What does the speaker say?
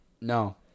No